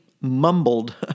mumbled